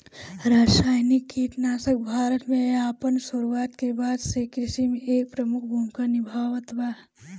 रासायनिक कीटनाशक भारत में अपन शुरुआत के बाद से कृषि में एक प्रमुख भूमिका निभावता